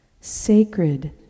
sacred